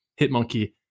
Hitmonkey